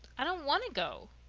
i don't want to go,